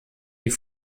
die